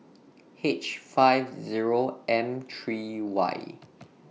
H five Zero M three Y